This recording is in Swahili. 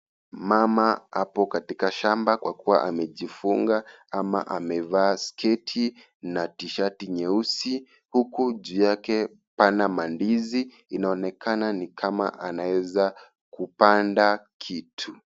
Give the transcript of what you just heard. Mama apo katika shamba kwa kuwa amejifunga ama amevaa sketi na tishati nyeusi huku juu yake pana mandizi inaonekana ni kama anaweza kupanda kitu.